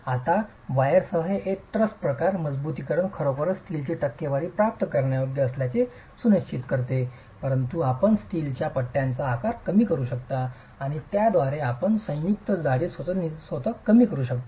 आता वायरसह हे ट्रस्ट प्रकार मजबुतीकरण खरोखर स्टीलची टक्केवारी प्राप्त करण्यायोग्य असल्याचे सुनिश्चित करते परंतु आपण स्टीलच्या पट्ट्यांचा आकार कमी करू शकता आणि त्याद्वारे आपण संयुक्त जाडी स्वतःच कमी करू शकता